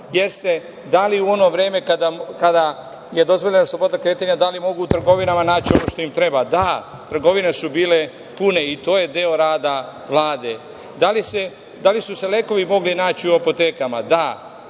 je da li u ono vreme kada je dozvoljena sloboda kretanja, da li mogu u trgovinama naći ono što im treba. Da, trgovine su bile pune i to je deo rada Vlade. Da li su se lekovi mogli naći u apotekama? Da.